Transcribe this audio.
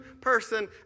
person